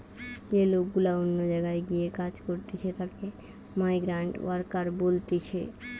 যে লোক গুলা অন্য জায়গায় গিয়ে কাজ করতিছে তাকে মাইগ্রান্ট ওয়ার্কার বলতিছে